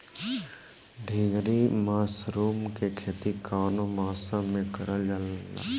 ढीघरी मशरूम के खेती कवने मौसम में करल जा?